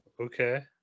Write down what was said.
okay